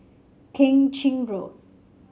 Keng Chin Road